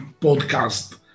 podcast